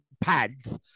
pads